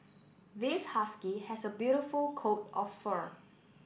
this husky has a beautiful coat of fur